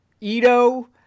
ito